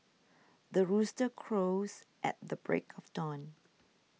the rooster crows at the break of dawn